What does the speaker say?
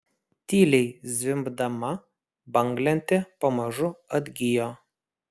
tyliai zvimbdama banglentė pamažu atgijo